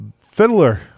fiddler